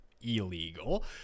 illegal